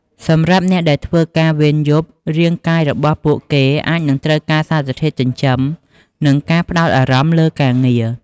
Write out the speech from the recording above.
សម្រាប់អ្នកដែលធ្វើការវេនយប់ រាងកាយរបស់ពួកគេអាចនឹងត្រូវការសារធាតុចិញ្ចឹម និងការផ្តោតអារម្មណ៍លើការងារ។